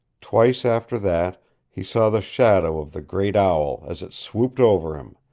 twice after that he saw the shadow of the great owl as it swooped over him,